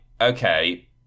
okay